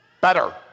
better